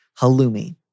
Halloumi